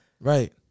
Right